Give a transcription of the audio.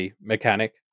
mechanic